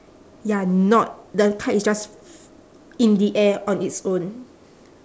ya not the kite is just in the air on its own